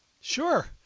Sure